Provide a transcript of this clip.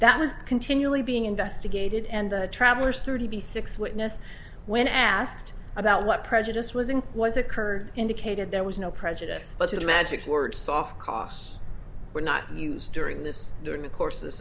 was continually being investigated and travelers thirty six witnesses when asked about what prejudice was in was occurred indicated there was no prejudice but to the magic words soft costs were not used during this during the course